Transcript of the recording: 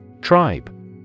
Tribe